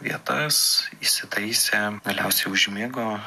vietas įsitaisė galiausiai užmigo